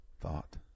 thought